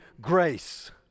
grace